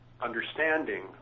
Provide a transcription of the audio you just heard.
understanding